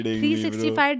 365